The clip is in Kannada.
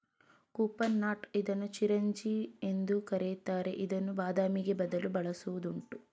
ಕುಡ್ಪನಟ್ ಇದನ್ನು ಚಿರೋಂಜಿ ಎಂದು ಕರಿತಾರೆ ಇದನ್ನು ಬಾದಾಮಿಗೆ ಬದಲು ಬಳಸುವುದುಂಟು